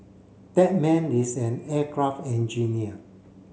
that man is an aircraft engineer